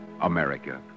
America